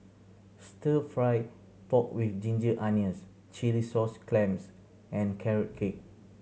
Stir Fry pork with ginger onions chilli sauce clams and Carrot Cake